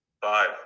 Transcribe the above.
Five